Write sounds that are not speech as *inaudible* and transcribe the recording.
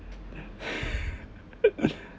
*laughs*